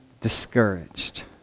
discouraged